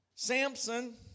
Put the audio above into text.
Samson